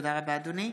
תודה רבה, אדוני.